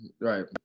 right